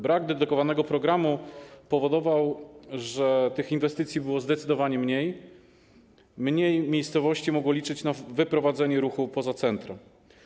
Brak dedykowanego programu powodował, że tych inwestycji było zdecydowanie mniej, mniej miejscowości mogło liczyć na wyprowadzenie ruchu poza centrum.